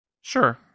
Sure